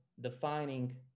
defining